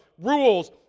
Rules